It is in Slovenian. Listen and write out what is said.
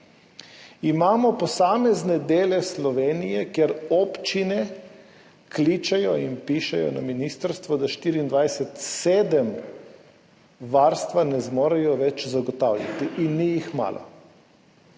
Imamo posamezne dele Slovenije, kjer občine kličejo in pišejo na ministrstvo, da varstva 24/7 ne zmorejo več zagotavljati, ni jih malo.